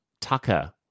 Tucker